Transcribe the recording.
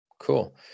Cool